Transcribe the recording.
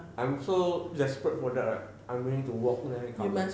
I'm so desperate for that right I'm really going to walk there and come back